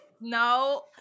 No